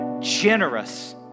generous